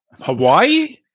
Hawaii